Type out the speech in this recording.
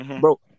Bro